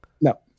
No